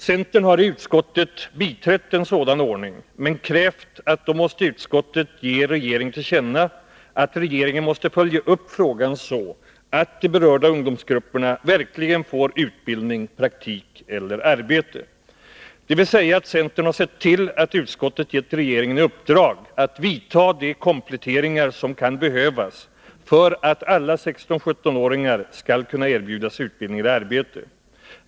Centern har i utskottet biträtt en sådan ordning, men krävt att riksdagen då måste ge regeringen till känna att regeringen måste följa upp frågan så, att de berörda ungdomsgrupperna verkligen får utbildning, praktik eller arbete. Centern har alltså sett till att riksdagen gett regeringen i uppdrag att vidta de kompletteringar som kan behövas för att alla 16-17-åringar skall kunna erbjudas utbildning eller arbete.